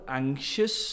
anxious